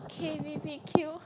K-b_b_q